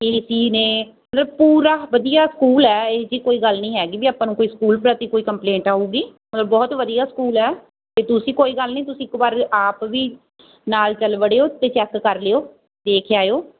ਏ ਸੀ ਨੇ ਮਤਲਬ ਪੂਰਾ ਵਧੀਆ ਸਕੂਲ ਹੈ ਇਹੋ ਜਿਹੀ ਕੋਈ ਗੱਲ ਨਹੀਂ ਹੈਗੀ ਵੀ ਆਪਾਂ ਨੂੰ ਕੋਈ ਸਕੂਲ ਪ੍ਰਤੀ ਕੋਈ ਕੰਪਲੇਂਟ ਆਊਗੀ ਮਤਲਬ ਬਹੁਤ ਵਧੀਆ ਸਕੂਲ ਹੈ ਅਤੇ ਤੁਸੀਂ ਕੋਈ ਗੱਲ ਨਹੀਂ ਤੁਸੀਂ ਇੱਕ ਵਾਰ ਆਪ ਵੀ ਨਾਲ ਚਲ ਵੜਿਓ ਅਤੇ ਚੈੱਕ ਕਰ ਲਿਓ ਦੇਖ ਆਇਓ